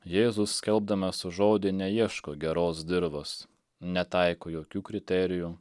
jėzus skelbdamas žodį neieško geros dirvos netaiko jokių kriterijų